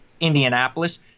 Indianapolis